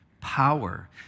power